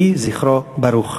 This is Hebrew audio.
יהי זכרו ברוך.